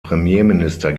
premierminister